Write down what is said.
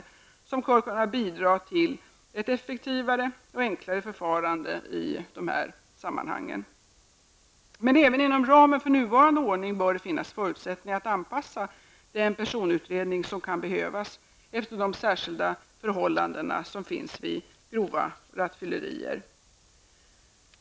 Detta kommer att kunna bidra till ett effektivare och enklare förfarande i de här sammanhangen. Men även inom ramen för nuvarande ordning bör det finnas förutsättningar att anpassa den personutredning som kan behövas alltefter de särskilda förhållanden som gäller vid grova rattfyllerier.